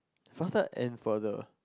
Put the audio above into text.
faster and further